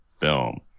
film